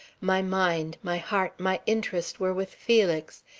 my mind, my heart, my interest were with felix,